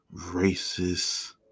racist